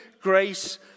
grace